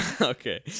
Okay